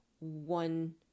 one